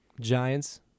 Giants